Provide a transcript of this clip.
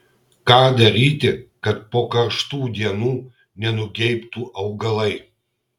ką daryti kad po karštų dienų nenugeibtų augalai